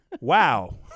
Wow